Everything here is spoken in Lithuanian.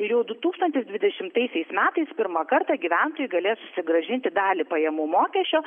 ir jau du tūkstantis dvidešimtaisiais metais pirmą kartą gyventojai galės susigrąžinti dalį pajamų mokesčio